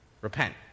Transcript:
repent